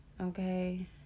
Okay